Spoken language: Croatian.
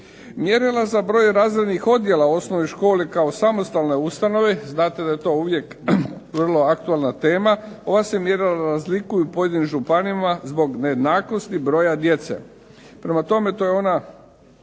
Mjerila za broj razrednih odjela osnovne škole kao samostalne ustanove, znate da je to uvijek vrlo aktualna tema, ova se mjerila razlikuju u pojedinim županijama, zbog nejednakosti, broja djece. Prema tome, to je ona